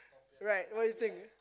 right what do you think